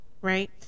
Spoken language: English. Right